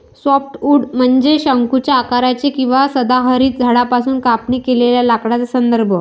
softwood म्हणजे शंकूच्या आकाराचे किंवा सदाहरित झाडांपासून कापणी केलेल्या लाकडाचा संदर्भ